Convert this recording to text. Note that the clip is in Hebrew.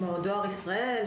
כמו דואר ישראל,